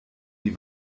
die